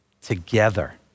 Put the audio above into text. together